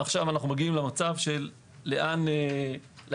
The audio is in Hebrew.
עכשיו אנו מגיעים, לאן הגענו.